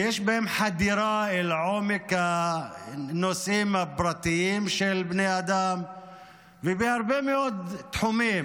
שיש בהם חדירה אל עומק הנושאים הפרטיים של בני אדם ובהרבה מאוד תחומים,